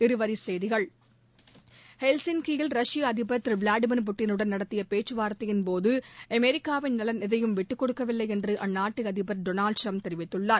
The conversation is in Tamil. இருவரிச்செய்திகள் ஹெல்சிங்கியில் ரஷ்ய அதிபர் திரு விளாடிமிர் புட்டினுடன் நடத்திய பேச்சு வார்த்தையின் போது அமெரிக்காவின் நலன் எதையும் விட்டுக் கொடுக்கவில்லை என்று அந்நாட்டு அதிபர் திரு டொனால்ட் ட்ரம்ப் தெரிவித்துள்ளார்